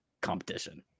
competition